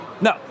No